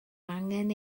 angen